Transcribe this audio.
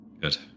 Good